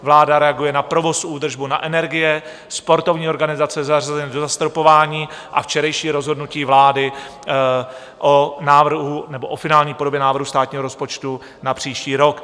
Vláda reaguje na provoz, údržbu, na energie, sportovní organizace zařazuje do zastropování a včerejší rozhodnutí vlády o finální podobě návrhu státního rozpočtu na příští rok.